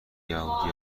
یهودی